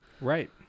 Right